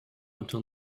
until